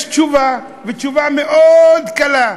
יש תשובה, ותשובה מאוד קלה: